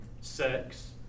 sex